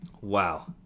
Wow